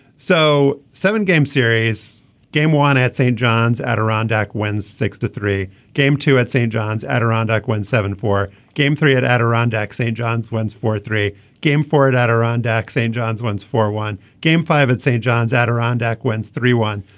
so seven game series game one at st. john's adirondack wins sixty three game two at st. john's adirondack win seven for game three at adirondack st. john's wins for three game for it adirondack st. john's wins for one. game five at st. john's adirondack wins three one.